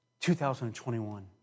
2021